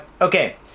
Okay